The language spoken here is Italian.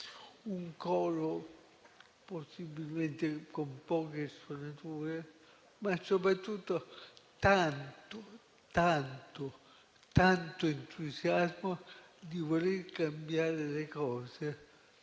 un coro possibilmente con poche stonature, ma soprattutto tanto, tanto entusiasmo di voler cambiare le cose,